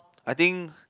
I think